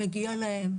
מגיע להם,